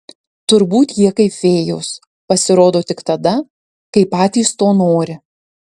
turbūt jie kaip fėjos pasirodo tik tada kai patys to nori